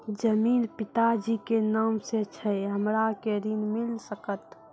जमीन पिता जी के नाम से छै हमरा के ऋण मिल सकत?